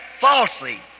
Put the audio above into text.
falsely